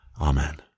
Amen